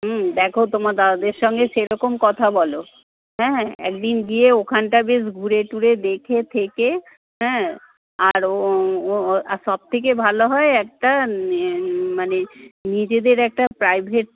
হুম দেখো তোমার দাদাদের সঙ্গে সেরকম কথা বলো হ্যাঁ একদিন গিয়ে ওখানটা বেশ ঘুরে টুরে দেখে থেকে হ্যাঁ আর আর সবথেকে ভালো হয় একটা মানে নিজেদের একটা প্রাইভেট